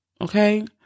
Okay